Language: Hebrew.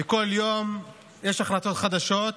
וכל יום יש החלטות חדשות,